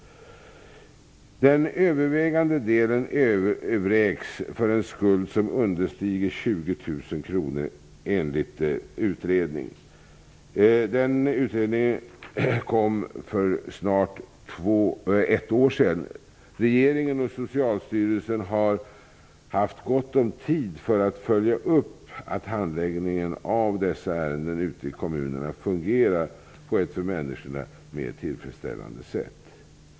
Den övervägande delen vräks för en skuld som understiger 20 000 kr enligt utredningen. Den utredningen kom för snart ett år sedan. Regeringen och Socialstyrelsen har haft gott om tid för att följa upp att handläggningen av dessa ärenden ute i kommunerna fungerar på ett för människorna mer tillfredsställande sätt.